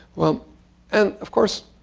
well and of course,